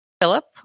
Philip